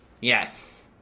Yes